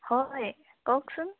হয় কওকচোন